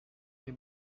nie